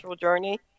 journey